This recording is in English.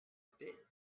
bit